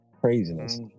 craziness